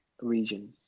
region